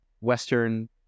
western